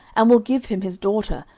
and will give him his daughter,